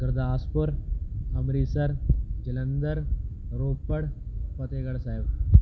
Gurdaspur Amritsar Jalandhar Ropar Fatehgarh Sahib